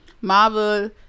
marvel